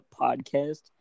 podcast